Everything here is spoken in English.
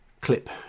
clip